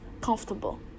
comfortable